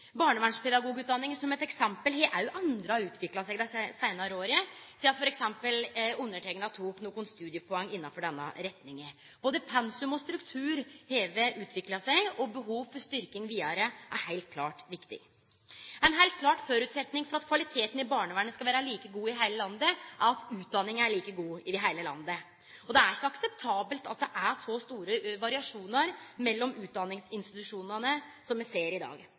Barnevernspedagogutdanninga, som eit eksempel, har òg endra seg og utvikla seg dei seinare åra, f.eks. sidan underteikna tok nokre studiepoeng innanfor denne retninga. Både pensum og struktur har utvikla seg, og behovet for ei styrking vidare er heilt klart viktig. Ein heilt klar føresetnad for at kvaliteten i barnevernet skal vere like god i heile landet, er at utdanninga er like god i heile landet. Det er ikkje akseptabelt at det er så store variasjonar mellom utdanningsinstitusjonane som det er i dag.